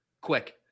Quick